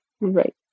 Right